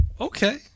Okay